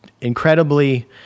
incredibly